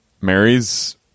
Mary's